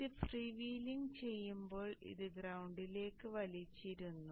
അതിനാൽ ഇത് free wheeling ചെയ്യുമ്പോൾ ഇത് ഗ്രൌണ്ടിലേക്ക് വലിച്ചിടുന്നു